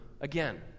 again